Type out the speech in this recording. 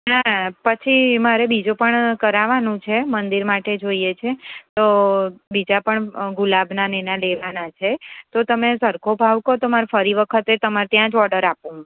ના પછી મારે બીજો પણ કરાવવાનો છે મંદિર માટે જોઈએ છે તો બીજા પણ ગુલાબનાને એના લેવાના છે તો તમે સરખો ભાવ કો તો મારો ફરી વખતે તમારે ત્યાં જ ઓર્ડર આપું હું